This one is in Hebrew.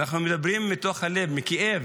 אנחנו מדברים מתוך הלב, מכאב,